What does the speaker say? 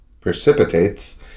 precipitates